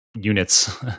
units